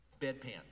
bedpan